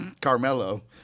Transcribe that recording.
Carmelo